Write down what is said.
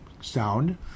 sound